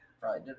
Right